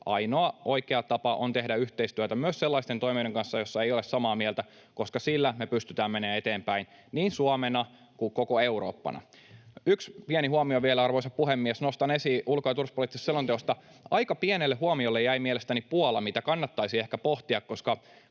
Ainoa oikea tapa on tehdä yhteistyötä myös sellaisten toimijoiden kanssa, jotka eivät ole samaa mieltä, koska sillä me pystytään menemään eteenpäin niin Suomena kuin koko Eurooppana. Yhden pienen huomion vielä, arvoisa puhemies, nostan esiin ulko‑ ja turvallisuuspoliittisesta selonteosta: Aika pienelle huomiolle jäi mielestäni Puola, mitä kannattaisi ehkä pohtia, koska